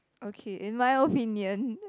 okay in my opinion